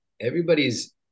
everybody's